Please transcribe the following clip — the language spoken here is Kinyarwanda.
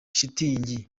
shitingi